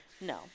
no